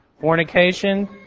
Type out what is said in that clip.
fornication